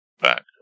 back